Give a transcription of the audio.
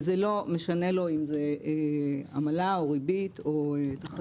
וזה לא משנה לו אם זה עמלה או ריבית או תחזית.